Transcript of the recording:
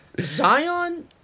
Zion